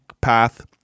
path